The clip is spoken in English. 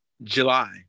July